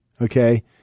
okay